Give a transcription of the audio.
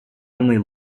only